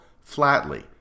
flatly